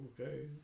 okay